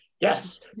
yes